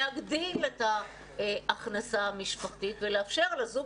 להגדיל את ההכנסה המשפחתית ולאפשר לזוג